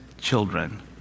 children